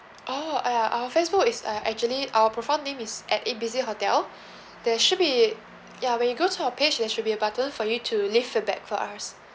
oh ya our Facebook is uh actually our profile name is at A B C hotel there should be ya when you go to our page there should be a button for you to leave feedback for us